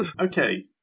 Okay